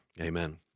Amen